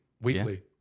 weekly